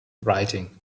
writing